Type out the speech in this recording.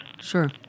Sure